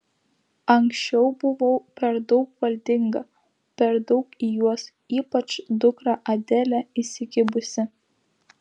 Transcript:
anksčiau buvau per daug valdinga per daug į juos ypač dukrą adelę įsikibusi